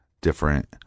different